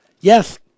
Yes